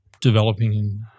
developing